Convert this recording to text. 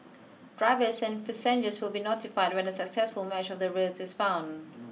drivers and passengers will be notified when a successful match of the route is found